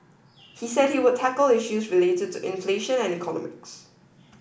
he said he would tackle issues related to inflation and economics